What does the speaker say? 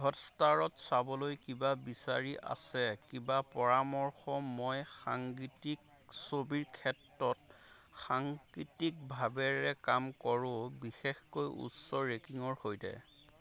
হটষ্টাৰত চাবলৈ কিবা বিচাৰি আছে কিবা পৰামৰ্শ মই সাংগীতিক ছবিৰ ক্ষেত্ৰত সাংকৃতিকভাৱেৰে কাম কৰোঁ বিশেষকৈ উচ্চ ৰেকিংৰ সৈতে